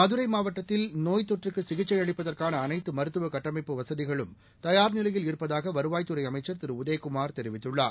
மதுரை மாவட்டத்தில் அனைத்து நோய் தொற்றுக்கு சிகிச்சை அளிப்பதற்கான அனைத்து மருத்துவ கட்டமைப்பு வசதிகளும் தயார் நிலையில் இருப்பதாக வருவாய்த்துறை அமைச்சர் திரு உதயகுமார் தெரிவித்துள்ளார்